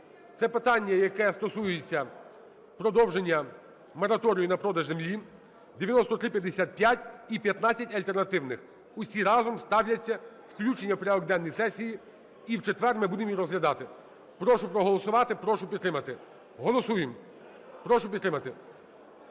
Це питання, яке стосується продовження мораторію на продаж землі, 9355 і 15 альтернативних. Усі разом ставляться у включення в порядок денний сесії, і в четвер ми будемо їх розглядати. Прошу проголосувати, прошу підтримати. Голосуємо, прошу підтримати.